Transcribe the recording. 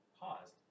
paused